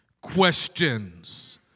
Questions